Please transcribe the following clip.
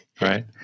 right